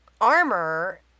armor